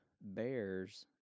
bears